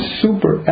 super